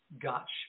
Gotch